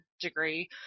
degree